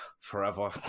forever